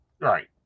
Right